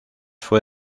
fue